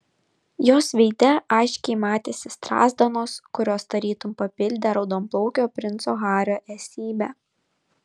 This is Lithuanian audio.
jos veide aiškiai matėsi strazdanos kurios tarytum papildė raudonplaukio princo hario esybę